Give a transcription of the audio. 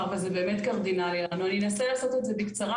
אני אנסה לעשות את זה בקצרה,